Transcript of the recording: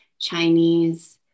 Chinese